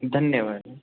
धन्यवादः